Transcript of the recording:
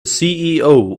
ceo